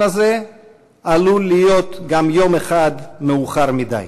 הזה עלול להיות גם יום אחד מאוחר מדי.